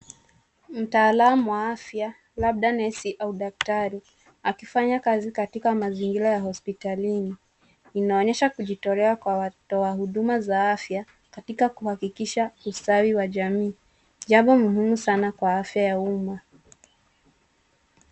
Mtaalamu wa afya, labda nesi au daktari akifanya kazi katika mazingira ya hospitalini. Inaonyesha kujitolea kwa watoa huduma za afya katika kuhakikisha ustawi wa jamii, jambo muhimu sana kwa afya ya umma.